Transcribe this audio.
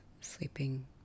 sleeping